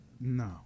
No